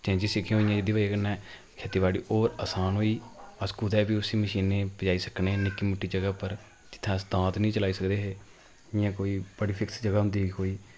changes जेह्कियां होई गेइयां एह्दी बजह् कन्नै खेती बाड़ी होर आसान होई अस कुतै बी उस मशीने पजाई सकने निक्की मुट्टी जगहै उप्पर जित्थै अस दांद निं चलाई सकदे हे जि'यां कोई बड़ी फिक्स जगह् होंदी ही